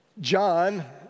John